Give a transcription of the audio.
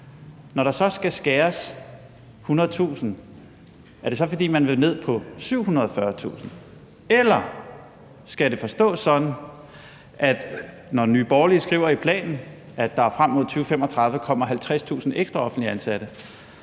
når der så skal skæres 100.000, er det så, fordi man vil ned på 740.000, eller skal det forstås sådan, at Nye Borgerlige, når de skriver i planen, at der frem mod 2035 kommer 50.000 ekstra offentligt ansatte,